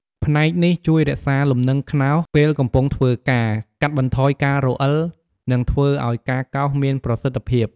ផ្នែកនេះជួយរក្សាលំនឹងខ្នោសពេលកំពុងធ្វើការ កាត់បន្ថយការរអិល និងធ្វើឱ្យការកោសមានប្រសិទ្ធភាព។